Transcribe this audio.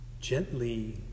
gently